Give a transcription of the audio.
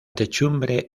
techumbre